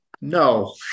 No